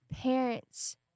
parents